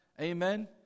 Amen